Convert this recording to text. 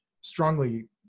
strongly